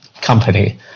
company